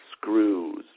screws